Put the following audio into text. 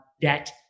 debt